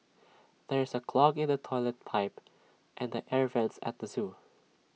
there is A clog in the Toilet Pipe and the air Vents at the Zoo